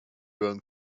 going